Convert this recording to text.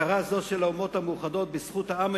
הכרה זו של האומות המאוחדות בזכות העם